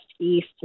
east